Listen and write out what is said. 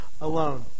alone